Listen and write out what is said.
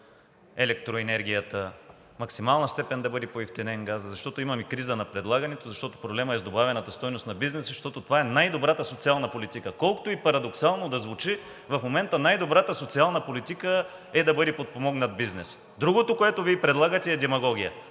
електроенергията, в максимална степен да бъде поевтинен газът, защото имаме криза на предлагането, защото проблемът е с добавената стойност на бизнеса, защото това е най добрата социална политика. Колкото и парадоксално да звучи, в момента най-добрата социална политика е да бъде подпомогнат бизнесът. Другото, което Вие предлагате, е демагогия.